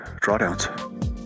drawdowns